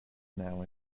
now